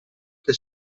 che